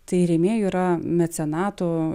tai rėmėjų yra mecenatų